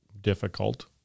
difficult